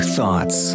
Thoughts